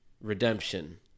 Redemption